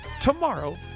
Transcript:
tomorrow